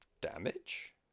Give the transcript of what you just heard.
damage